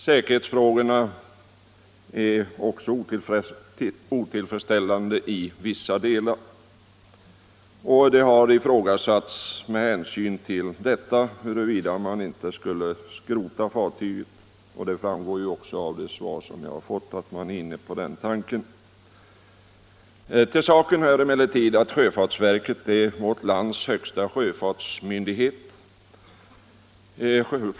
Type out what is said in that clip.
Säkerhetsförhållandena är också i vissa delar otillfredsställande. Det har med hänsyn härtill ifrågasatts om fartyget inte borde skrotas. Det framgår också av det svar vi har fått att man är inne på den tanken. Till saken hör emellertid att sjöfartsverket är vårt lands högsta sjöfartsmyndighet.